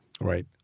Right